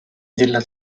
della